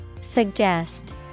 Suggest